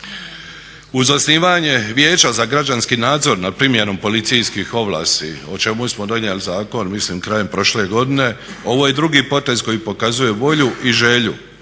Uz osnivanje Vijeća za građanski nadzor nad primjenom policijskih ovlasti o čemu smo donijeli zakon mislim krajem prošle godine ovo je drugi potez koji pokazuje volju i želju